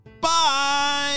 Bye